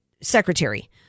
Secretary